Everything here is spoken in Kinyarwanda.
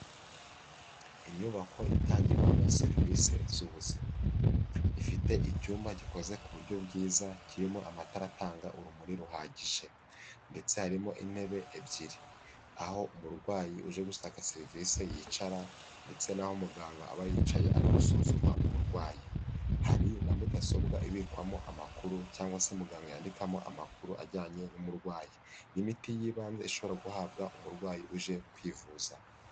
Inyubako itangirwamo serivisi z'ubuzima, ifite icyumba gikoze ku buryo bwiza kirimo amatara atanga urumuri ruhagije, ndetse harimo intebe ebyiri, aho umurwayi uje gushaka serivisi yicara, ndetse n'aho muganga aba yicaye ari gusuzuma umurwayi, hari na mudasobwa ibikwamo amakuru, cyangwa se muganga yandikamo amakuru ajyanye n'umurwayi, n'imiti y'ibanze ishobora guhabwa umurwayi uje kwivuza.